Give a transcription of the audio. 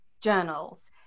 journals